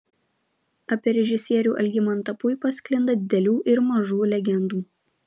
apie režisierių algimantą puipą sklinda didelių ir mažų legendų